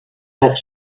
off